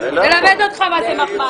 מחמד, נלמד אותך מה זה מחמד.